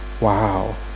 Wow